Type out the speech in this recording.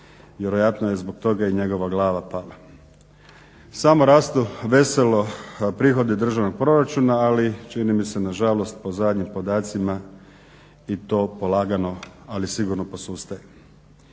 Vjerojatno je zbog toga i njegova glava pala. Samo rastu veselo prihodi državnog proračuna, ali čini mi se na žalost po zadnjim podacima i to polagano ali sigurno posustaje.